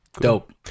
Dope